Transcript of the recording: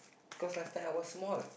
cause last time I was small